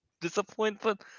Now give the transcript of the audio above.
Disappointment